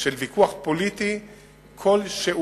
של ויכוח פוליטי כלשהו.